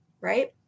right